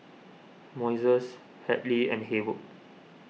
Moises Hadley and Haywood